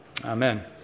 Amen